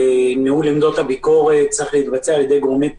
ניהול עמדות הביקורת צריך להתבצע על ידי גורמי פיקוח.